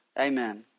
Amen